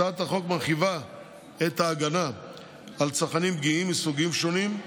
הצעת החוק מרחיבה את ההגנה על צרכנים פגיעים מסוגים שונים,